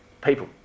people